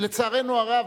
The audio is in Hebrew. לצערנו הרב,